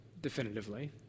definitively